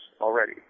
already